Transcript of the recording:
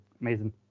amazing